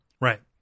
Right